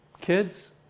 kids